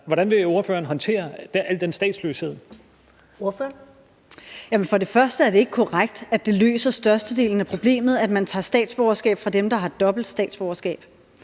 Pernille Vermund (NB): Først og fremmest er det ikke korrekt, at det løser størstedelen af problemet, at man tager statsborgerskabet fra dem, der har dobbelt statsborgerskab.